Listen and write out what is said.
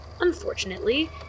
Unfortunately